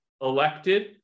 elected